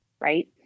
right